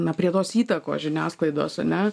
na prie tos įtakos žiniasklaidos ane